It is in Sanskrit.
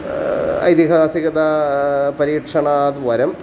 ऐतिहासिकता परीक्षणाद्वरं